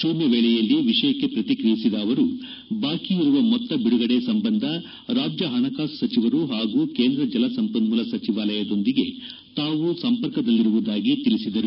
ಶೂನ್ಲ ವೇಳೆಯಲ್ಲಿ ವಿಷಯಕ್ಕೆ ಪ್ರತಿಕ್ರಿಯಿಸಿದ ಅವರು ಬಾಕಿ ಇರುವ ಮೊತ್ತ ಬಿಡುಗಡೆ ಸಂಬಂಧ ರಾಜ್ಯ ಹಣಕಾಸು ಸಚಿವರು ಹಾಗೂ ಕೇಂದ್ರ ಜಲ ಸಂಪನ್ನೂಲ ಸಚಿವಾಲಯದೊಂದಿಗೆ ತಾವು ಸಂಪರ್ಕದಲ್ಲಿರುವುದಾಗಿ ತಿಳಿಸಿದರು